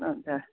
हुन्छ